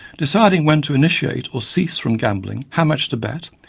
deciding when to initiate or cease from gambling, how much to bet,